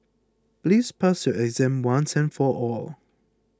please pass your exam once and for all